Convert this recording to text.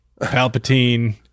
Palpatine